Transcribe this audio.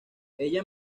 ella